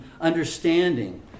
understanding